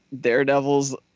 Daredevil's